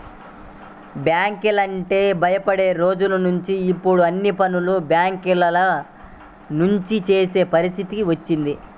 బ్యాంకులంటే భయపడే రోజులనుంచి ఇప్పుడు అన్ని పనులు బ్యేంకుల నుంచే చేసే పరిస్థితికి వచ్చాం